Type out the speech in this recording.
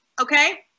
okay